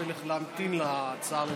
אנחנו נמתין להצעה הממשלתית.